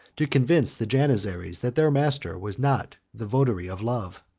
to convince the janizaries that their master was not the votary of love.